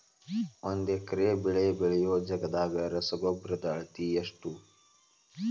ಒಂದ್ ಎಕರೆ ಬೆಳೆ ಬೆಳಿಯೋ ಜಗದಾಗ ರಸಗೊಬ್ಬರದ ಅಳತಿ ಎಷ್ಟು?